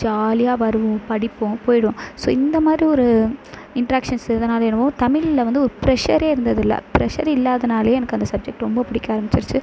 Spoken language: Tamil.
ஜாலியாக வருவோம் படிப்போம் போய்விடுவோம் ஸோ இந்த மாதிரி ஒரு இண்ட்ரேக்ஷன்ஸ் இருந்தனாலோ என்னவோ தமிழில் வந்து ஒரு பிரெஷரே இருந்ததில்லை பிரெஷர் இல்லாதனாலே எனக்கு அந்த சப்ஜெக்ட் ரொம்ப பிடிக்க ஆரமிச்சிருச்சு